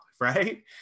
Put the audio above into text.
right